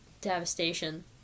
Devastation